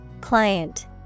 Client